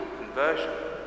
conversion